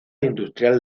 industrial